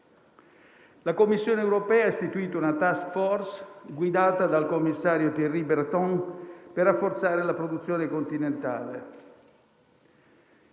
La Commissione europea ha istituito una *task force* guidata dal commissario Thierry Breton per rafforzare la produzione continentale.